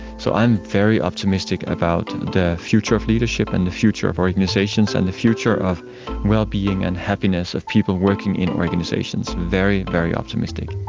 so i'm very optimistic about the future of leadership and the future of organisations and the future of well-being and happiness of people working in organisations, very, very optimistic.